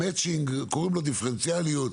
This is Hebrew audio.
המצ'ינג, קוראים לו דיפרנציאליות.